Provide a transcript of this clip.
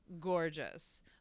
gorgeous